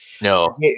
no